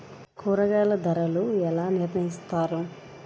కూరగాయల ధరలు ఎలా నిర్ణయిస్తారు?